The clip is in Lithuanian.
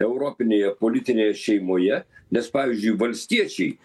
europinėje politinėje šeimoje nes pavyzdžiui valstiečiai